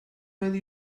made